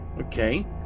Okay